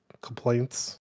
complaints